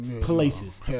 places